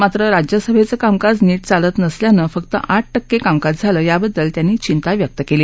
मात्र राज्यसभेचं कामकाज नीट चालत नसल्यानं फक्त आठ ठक्के कामकाज झालं याबद्दल त्यांनी चिंता व्यक्त केली